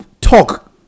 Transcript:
talk